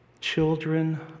Children